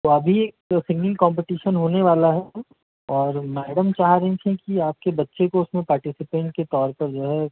तो अभी एक सिंगिंग कॉम्पटिशन होने वाला है और मैडम चाह रही थीं कि आपके बच्चे को उसमें पार्टिसिपेंट के तौर पर जो है